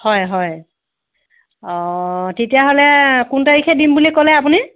হয় হয় অঁ তেতিয়াহ'লে কোন তাৰিখে দিম বুলি ক'লে আপুনি